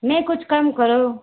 नहीं कुछ कम करो